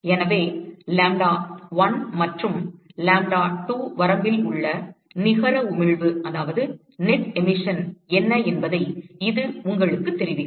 எனவே lambda1 மற்றும் lambda2 வரம்பில் உள்ள நிகர உமிழ்வு என்ன என்பதை இது உங்களுக்குத் தெரிவிக்கும்